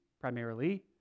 primarily